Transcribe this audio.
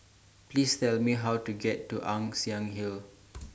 Please Tell Me How to get to Ann Siang Hill